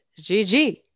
gg